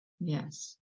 Yes